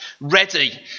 ready